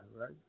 right